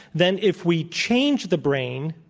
then if we change the brain,